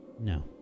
No